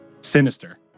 sinister